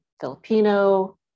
Filipino